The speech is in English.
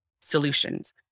solutions